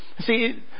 See